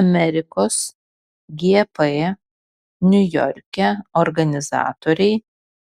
amerikos gp niujorke organizatoriai